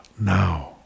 now